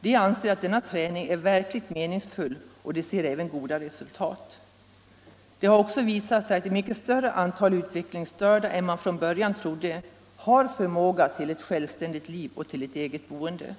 De anser att denna träning är verkligt meningsfull, och de ser även goda resultat. Det har också visat sig att ett mycket större antal utvecklingsstörda än man från början trodde har förmåga till ett självständigt liv och till ett eget boende.